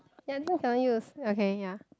ya this one cannot use okay ya